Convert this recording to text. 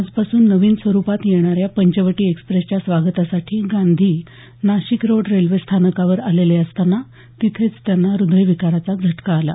आजपासून नवीन स्वरूपात येणाऱ्या पंचवटी एक्सप्रेसच्या स्वागतासाठी गांधी नाशिकरोड रेल्वे स्थानकावर आलेले असताना तिथेच त्यांना हृदयविकाराचा झटका आला